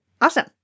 Awesome